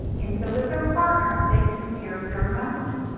and so with their partner, they compare their numbers.